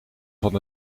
van